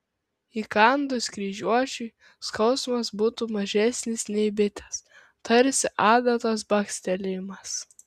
įkandus kryžiuočiui skausmas būtų mažesnis nei bitės tarsi adatos bakstelėjimas